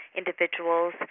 individuals